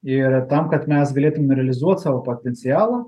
ir tam kad mes galėtumėm realizuot savo potencialą